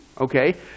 okay